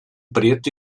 preto